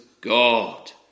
God